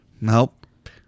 Nope